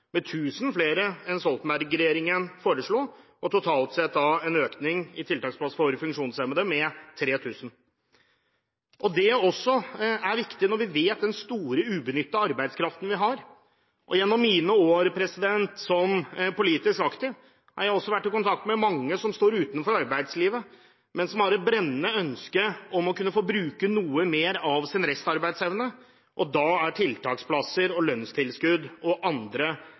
med 3 000. Det er også viktig når vi vet hvor stor ubenyttet arbeidskraft vi har. Gjennom mine år som politisk aktiv har jeg også vært i kontakt med mange som står utenfor arbeidslivet, men som har et brennende ønske om å kunne få bruke noe mer av sin restarbeidsevne, og da er tiltaksplasser, lønnstilskudd og andre